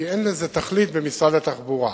כי אין לזה תכלית במשרד התחבורה.